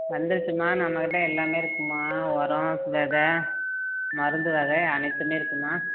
வந்துடுச்சிம்மா நம்மக்கிட்டே எல்லாம் இருக்குதுமா ஒரம் வெதை மருந்து வகை அனைத்தும் இருக்குதுமா